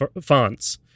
fonts